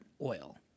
oil